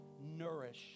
nourish